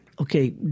okay